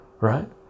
right